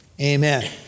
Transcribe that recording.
Amen